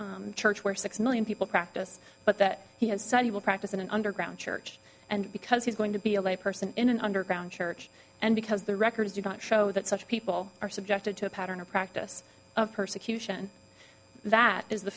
the church where six million people practice but that he has said he will practice in an underground church and because he's going to be a lay person in an underground church and because the records you've got show that such people are subjected to a pattern or practice of persecution that is the